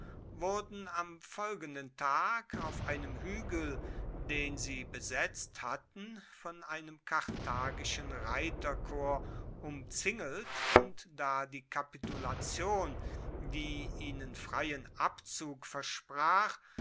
wurden am folgenden tag auf einem huegel den sie besetzt hatten von einem karthagischen reiterkorps umzingelt und da die kapitulation die ihnen freien abzug versprach